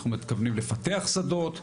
אנחנו מתכוונים לפתח שדות.